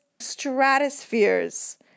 stratospheres